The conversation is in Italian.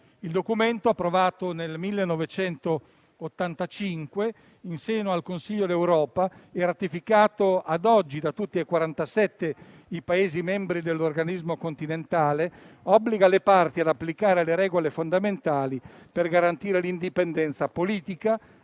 Il documento, approvato nel 1985 in seno al Consiglio d'Europa e ratificato ad oggi da tutti e 47 i Paesi membri dell'organismo continentale, obbliga le parti ad applicare le regole fondamentali per garantire l'indipendenza politica,